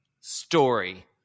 story